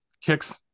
kicks